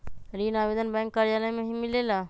ऋण आवेदन बैंक कार्यालय मे ही मिलेला?